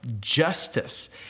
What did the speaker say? justice